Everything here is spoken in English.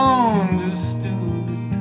understood